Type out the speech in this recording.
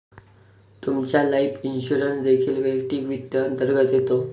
तुमचा life insurance देखील वैयक्तिक वित्त अंतर्गत येतो